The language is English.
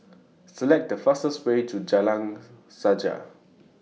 Select The fastest Way to Jalan Sajak